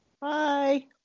Bye